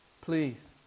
please